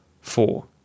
Four